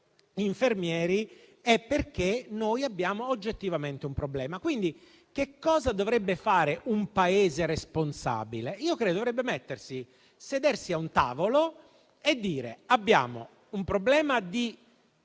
infermieri è perché abbiamo oggettivamente un problema. Quindi, che cosa dovrebbe fare un Paese responsabile? Credo che dovrebbe sedersi a un tavolo e dire che abbiamo un problema di